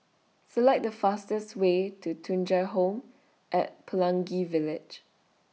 Select The fastest Way to Thuja Home At Pelangi Village